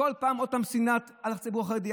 הכול בגלל שנאה לציבור החרדי.